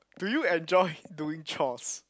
do you enjoy doing chores